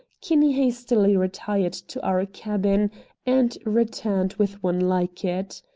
kinney hastily retired to our cabin and returned with one like it.